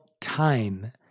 time